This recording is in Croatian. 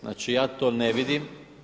Znači, ja to ne vidim.